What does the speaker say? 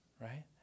right